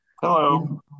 Hello